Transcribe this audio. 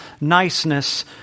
niceness